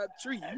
tree